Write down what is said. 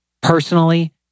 personally